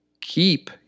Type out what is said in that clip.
keep